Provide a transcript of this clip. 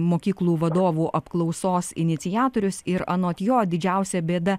mokyklų vadovų apklausos iniciatorius ir anot jo didžiausia bėda